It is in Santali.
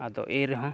ᱟᱫᱚ ᱮᱱ ᱨᱮᱦᱚᱸ